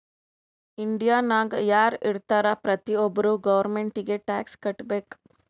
ಇಂಡಿಯಾನಾಗ್ ಯಾರ್ ಇರ್ತಾರ ಪ್ರತಿ ಒಬ್ಬರು ಗೌರ್ಮೆಂಟಿಗಿ ಟ್ಯಾಕ್ಸ್ ಕಟ್ಬೇಕ್